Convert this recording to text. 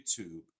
YouTube